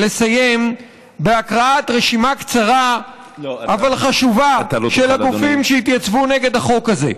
לסיים בהקראת רשימה קצרה אבל חשובה של הגופים שהתייצבו נגד הגוף הזה,